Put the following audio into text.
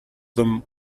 them